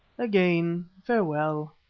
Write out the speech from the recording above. again farewell.